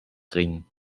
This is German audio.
ring